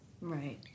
Right